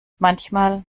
manchmal